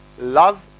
Love